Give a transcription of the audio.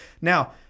now